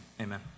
amen